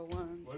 one